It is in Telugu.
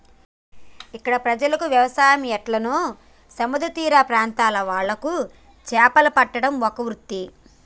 ఇక్కడ ప్రజలకు వ్యవసాయం ఎట్లనో సముద్ర తీర ప్రాంత్రాల వాళ్లకు చేపలు పట్టడం ఒక వృత్తి